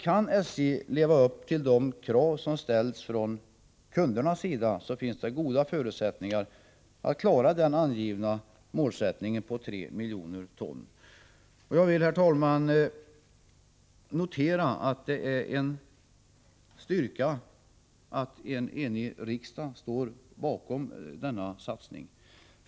Kan SJ leva upp till de krav som ställs från kundernas sida finns det goda förutsättningar att klara den angivna målsättningen, en kombitrafikvolym på 3 miljoner ton. Jag vill, herr talman, notera att det är en styrka att en enig riksdag står bakom denna satsning.